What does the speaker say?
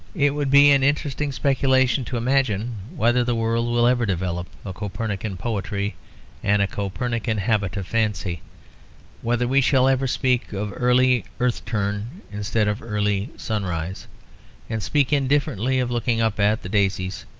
it would be an interesting speculation to imagine whether the world will ever develop a copernican poetry and a copernican habit of fancy whether we shall ever speak of early earth-turn instead of early sunrise and speak indifferently of looking up at the daisies,